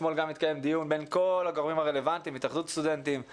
אתמול גם התקיים דיון בין כל הגורמים הרלוונטיים התאחדות הסטודנטים,